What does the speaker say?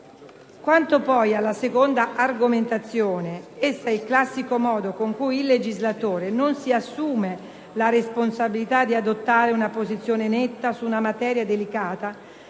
Quanto poi alla seconda argomentazione, essa è il classico modo con cui il legislatore non si assume la responsabilità di adottare una posizione netta su una materia delicata,